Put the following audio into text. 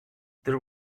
there